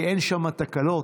כי אין שם תקלות.